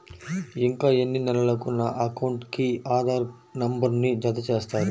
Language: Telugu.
ఇంకా ఎన్ని నెలలక నా అకౌంట్కు ఆధార్ నంబర్ను జత చేస్తారు?